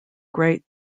great